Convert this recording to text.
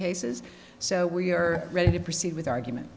cases so we are ready to proceed with argument